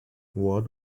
what